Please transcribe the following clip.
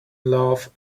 love